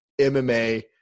MMA